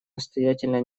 настоятельно